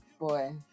boy